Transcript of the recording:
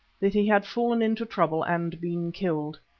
that he had fallen into trouble and been killed.